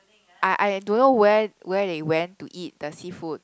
I I don't know where where they went to eat the seafood